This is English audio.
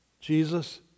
Jesus